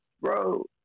bro